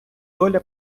доля